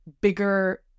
bigger